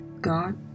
God